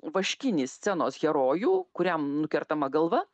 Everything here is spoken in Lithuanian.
vaškinį scenos herojų kuriam nukertama galva